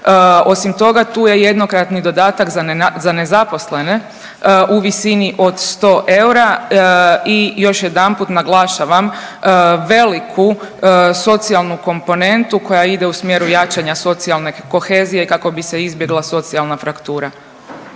Osim toga tu je jednokratni dodatak za nezaposlene u visini od 100 eura. I još jedanput naglašavam veliku socijalnu komponentu koja ide u smjeru jačanja socijalne kohezije kako bi se izbjegla socijalna fraktura.